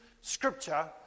Scripture